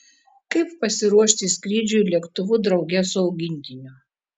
kaip pasiruošti skrydžiui lėktuvu drauge su augintiniu